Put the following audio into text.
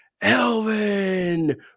Elvin